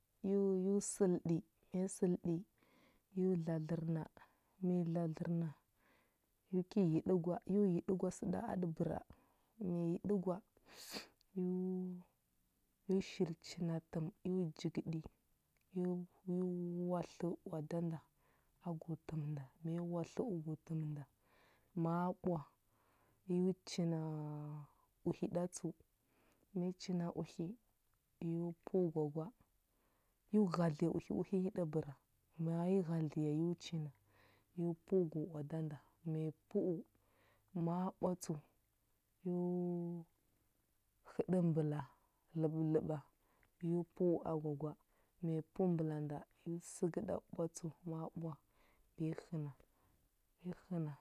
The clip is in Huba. Yu yu səlɗə yu səlɗi yu dladlərna, ma yi dladlərna. yu ki yiɗəgwa, yu yiɗəgwa sə ɗa a ɗə bəra, ma yiɗəgwa yu yu shil china təm yu jigəɗi. Yu yu watləu oada nda. Agu təm nda, ma yi watləu gu təm nda. Ma ɓwa yu china uhi ɗa tsəu, ma yi china uhi, yu pəu gwa gwa, yu ghadliya uhi uhi nyi ɗə bəra, ma yi ghadliya u china, yu pəu gu oada nda, ma yi pəu, ma ɓwa tsəu, yu həɗə mbəla ləɓələɓa, yu pəu agwa gwa, ma yi pəu mbəla nda, yu səgəɗa ɓwa tsəu, ma ɓwa ba ya həna, yi həna